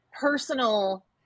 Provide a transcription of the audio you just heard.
personal